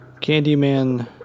Candyman